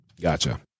Gotcha